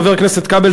חבר הכנסת כבל,